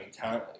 currently